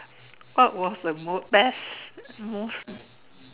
what was the most best most